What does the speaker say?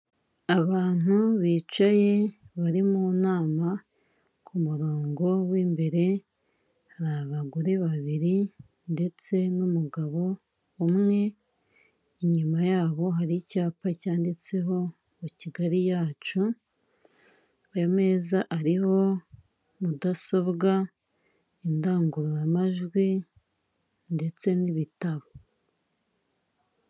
Abantu bicaye bari mu nama ku murongo w'imbere, hari abagore babiri ndetse n'umugabo umwe, inyuma yabo hari icyapa cyanditseho "ngo Kigali yacu" ameza ariho mudasobwa, indangururamajwi ndetse n'ibitabo.